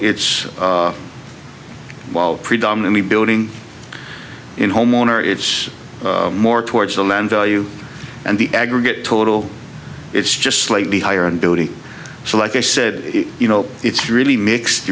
it's while predominantly building in homeowner it's more towards the land value and the aggregate total it's just slightly higher in building so like i said you know it's really mixed